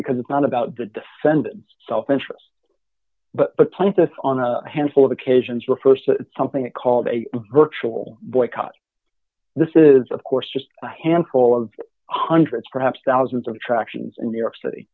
because it's not about the defendant's self interest but punished us on a handful of occasions refers to something called a virtual boycott this is of course just a handful of hundreds perhaps thousands of attractions in new york city